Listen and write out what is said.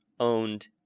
owned